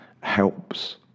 helps